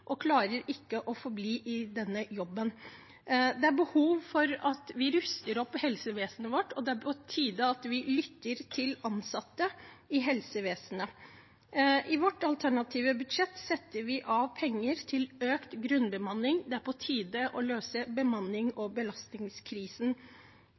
og klarer ikke å forbli i jobben. Det er behov for å ruste opp helsevesenet vårt, og det er på tide at vi lytter til ansatte i helsevesenet. I vårt alternative budsjett setter vi av penger til økt grunnbemanning. Det er på tide å løse